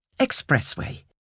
Expressway